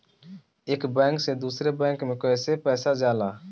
एक बैंक से दूसरे बैंक में कैसे पैसा जाला?